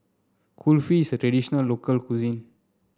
Kulfi is a traditional local cuisine